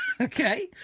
Okay